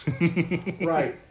Right